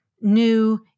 new